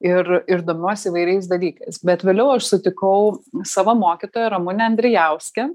ir ir domiuosi įvairiais dalykais bet vėliau aš sutikau savo mokytoją ramunę andrijauskę